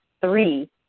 three